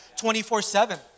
24-7